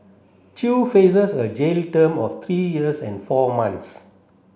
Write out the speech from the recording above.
chew faces a jail term of three years and four months